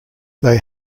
they